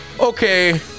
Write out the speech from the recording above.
okay